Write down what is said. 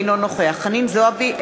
אינו נוכח חנין זועבי,